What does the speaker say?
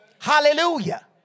Hallelujah